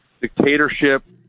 dictatorship